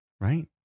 Right